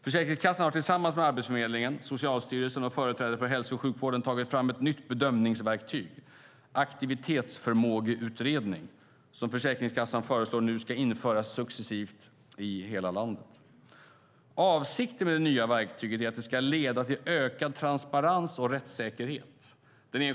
Försäkringskassan har tillsammans med Arbetsförmedlingen, Socialstyrelsen och företrädare för hälso och sjukvården tagit fram ett nytt bedömningsverktyg, aktivitetsförmågeutredning, som Försäkringskassan föreslår ska införas successivt i hela landet. Avsikten med det nya verktyget är att det ska leda till ökad transparens och rättssäkerhet.